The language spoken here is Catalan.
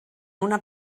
una